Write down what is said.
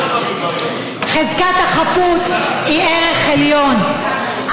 חזקת החפות היא ערך עליון,